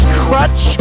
crutch